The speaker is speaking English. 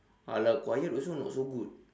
!alah! quiet also not so good